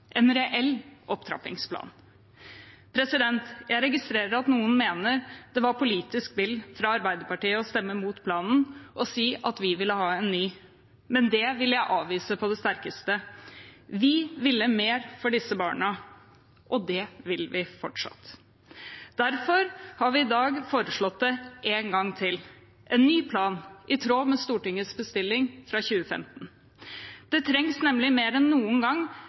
en reell opptrappingsplan. Jeg registrerer at noen mener det var politisk spill fra Arbeiderpartiet å stemme imot planen og si at vi ville ha en ny, men det vil jeg avvise på det sterkeste. Vi ville mer for disse barna, og det vil vi fortsatt. Derfor har vi i dag foreslått det en gang til: en ny plan, i tråd med Stortingets bestilling fra 2015. Det trengs nemlig mer enn noen gang